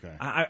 Okay